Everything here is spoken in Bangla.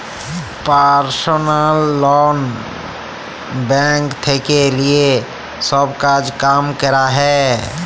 পার্সলাল লন ব্যাঙ্ক থেক্যে লিয়ে সব কাজ কাম ক্যরা যায়